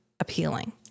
appealing